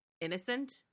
innocent